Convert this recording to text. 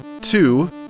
Two